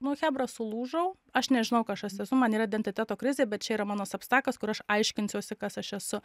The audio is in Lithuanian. nu chebra sulūžau aš nežinau kas aš esu man yra identiteto krizė bet čia yra mano sapstakas kur aš aiškinsiuosi kas aš esu